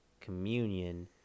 communion